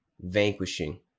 vanquishing